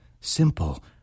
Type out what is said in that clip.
simple